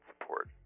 support